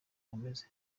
bameze